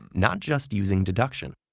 not just using deduction.